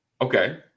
Okay